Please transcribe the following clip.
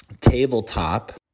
tabletop